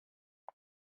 czy